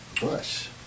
Bush